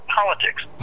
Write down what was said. politics